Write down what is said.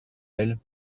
elles